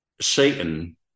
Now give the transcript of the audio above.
Satan